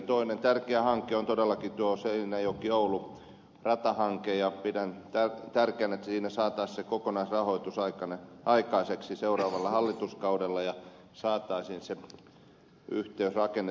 toinen tärkeä hanke on todellakin tuo seinäjokioulu ratahanke ja pidän tärkeänä että siinä saataisiin kokonaisrahoitus aikaiseksi seuraavalla hallituskaudella ja saataisiin se yhteys rakennettua kaksoisraiteiseksi